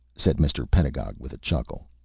said mr. pedagog, with a chuckle.